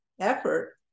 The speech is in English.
effort